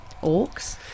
orcs